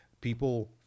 people